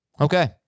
Okay